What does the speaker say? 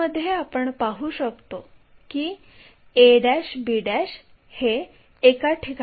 मग d1 पासून वरील बाजूस उभी लाईन प्रोजेक्ट करा